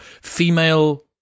female